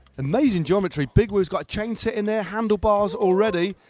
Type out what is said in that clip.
amazing geometry, big wheels, got chains sittin' there, handlebars already.